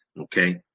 Okay